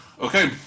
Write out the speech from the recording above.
Okay